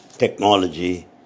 technology